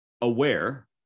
aware